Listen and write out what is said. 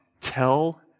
tell